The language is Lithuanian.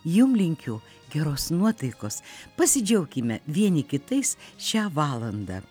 jum linkiu geros nuotaikos pasidžiaukime vieni kitais šią valandą